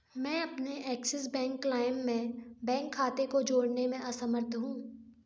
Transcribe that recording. मैं अपने Axis bank Lime में बैंक खाते को जोड़ने में असमर्थ हूँ